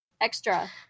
extra